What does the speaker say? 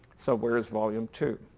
so where is volume two?